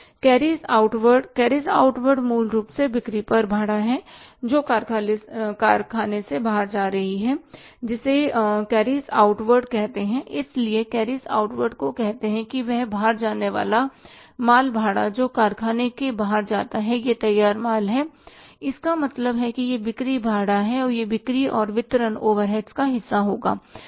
carriage outward carriage outward मूल रूप से बिक्री पर भाड़ा है जो कारखाने से बाहर जा रही है जिसे कैरिज आउटवार्ड कहते है इसलिए कैरिज आउटवार्डको कहते हैं वह बाहर जाने वाला माल भाड़ा जो कारखाने के बाहर जाता है यह तैयार माल है इसका मतलब है यह बिक्री भाड़ा है और यह बिक्री और वितरण ओवरहेड्स का हिस्सा होगा